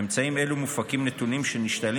מאמצעים אלה מופקים נתונים שנשתלים